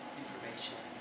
information